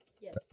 Yes